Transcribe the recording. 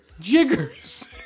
Jiggers